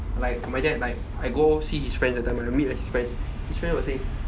like my dad like I go see his friend that time right I meet his friend his friend will say